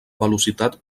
velocitat